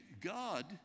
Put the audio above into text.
God